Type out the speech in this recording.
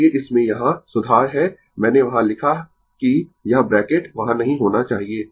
इसलिए इसमें यहाँ सुधार है मैंने वहाँ लिखा कि यह ब्रैकेट वहाँ नहीं होना चाहिए